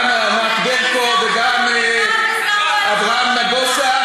גם ענת ברקו וגם אברהם נגוסה,